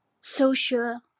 social